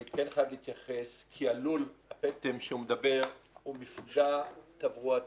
אני חייב להתייחס כי לול הפטם שהוא מדבר הוא מפגע תברואתי